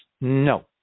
no